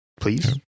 please